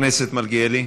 חבר הכנסת מלכיאלי.